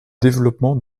développement